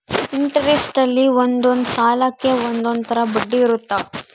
interest ಅಲ್ಲಿ ಒಂದೊಂದ್ ಸಾಲಕ್ಕ ಒಂದೊಂದ್ ತರ ಬಡ್ಡಿ ಇರುತ್ತ